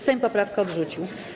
Sejm poprawkę odrzucił.